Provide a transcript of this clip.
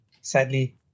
sadly